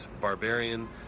Barbarian